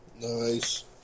Nice